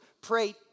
pray